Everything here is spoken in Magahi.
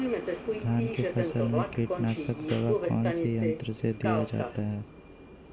धान की फसल में कीटनाशक दवा कौन सी यंत्र से दिया जाता है?